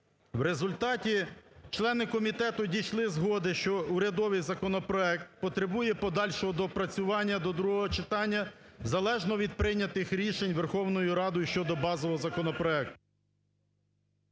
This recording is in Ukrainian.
В результаті члени комітету дійшли згоди, що урядовий законопроект потребує подальшого доопрацювання до другого читання залежно від прийнятих рішень Верховною Радою щодо базового законопроекту.